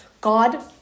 God